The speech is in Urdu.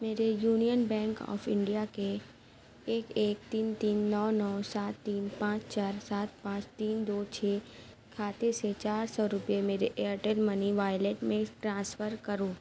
میرے یونین بینک آف انڈیا کے ایک ایک تین تین نو نو سات تین پانچ چار سات پانچ تین دو چھ کھاتے سے چار سو روپئے میرے ایئرٹیل منی والیٹ میں ٹرانسفر کرو